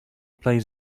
plays